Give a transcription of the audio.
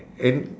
and